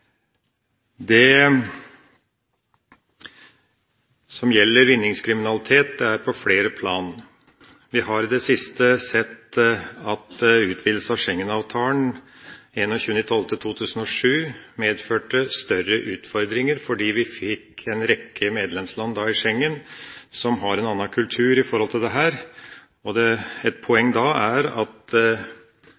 Vinningskriminalitet er på flere plan. Vi har i det siste sett at utvidelsen av Schengen-avtalen 21. desember 2007 medførte større utfordringer fordi vi fikk en rekke medlemsland i Schengen som har en annen kultur med tanke på dette. Et poeng da er at statsråden bør intensivere arbeidet for å stoppe kjeltringer på grensen. Det